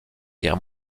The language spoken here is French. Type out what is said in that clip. guerre